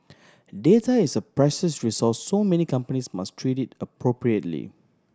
data is a precious resource so many companies must treat it appropriately